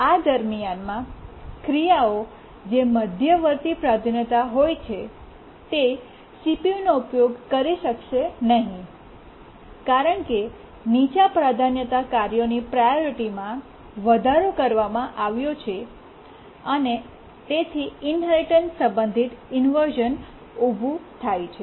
આ દરમિયાનમાં ક્રિયાઓ જે મધ્યવર્તી પ્રાધાન્યતા હોય છે તે CPUનો ઉપયોગ કરી શકશે નહીં કારણ કે નીચા પ્રાધાન્યતા કાર્યની પ્રાયોરીમાં વધારો કરવામાં આવ્યો છે અને ઇન્હેરિટન્સ સંબંધિત ઇન્વર્શ઼ન ઊભું થાય છે